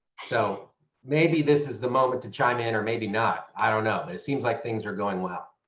so maybe this is the moment to chime in or maybe not. i don't know it seems like things are going well.